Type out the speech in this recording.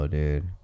dude